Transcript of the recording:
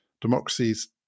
democracies